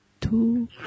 two